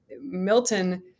Milton